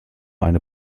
eine